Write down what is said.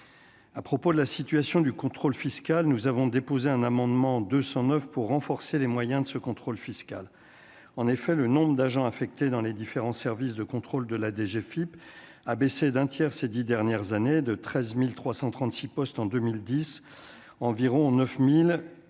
à propos de la situation du contrôle fiscal, nous avons déposé un amendement 209 pour renforcer les moyens de ce contrôle fiscal en effet le nombre d'agents affectés dans les différents services de contrôle de la DGFIP a baissé d'un tiers, ces 10 dernières années de 13336 postes en 2010 environ 9000